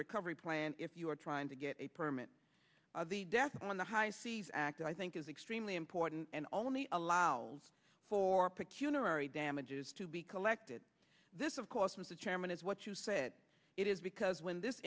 recovery plan if you are trying to get a permit the death on the high seas act i think is extremely important and only allow for peculiarity damages to be collected this of course mr chairman is what you said it is because when this